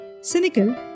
cynical